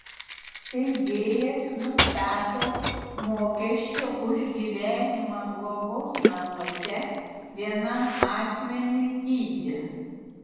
steigėjas nustato mokesčio už gyvenimą globos namuose vienam asmeniui dydį